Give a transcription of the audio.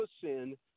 sin